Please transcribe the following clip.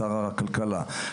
לשר הכלכלה,